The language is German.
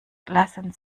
lassen